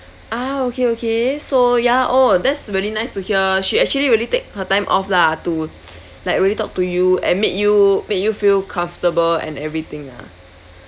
ah okay okay so ya oh that's really nice to hear she actually really take her time off lah to like really talk to you and made you made you feel comfortable and everything ah